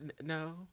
No